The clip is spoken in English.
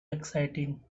exciting